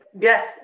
Yes